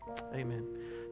Amen